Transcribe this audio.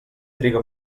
triga